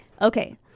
Okay